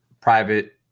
private